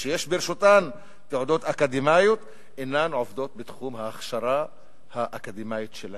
ושיש ברשותן תעודות אקדמיות אינן עובדות בתחום ההכשרה האקדמית שלהן.